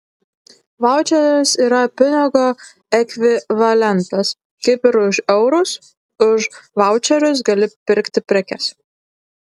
vaučeris yra pinigo ekvivalentas kaip ir už eurus už vaučerius gali pirkti prekes